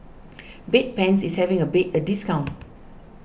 Bedpans is having a discount